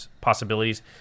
possibilities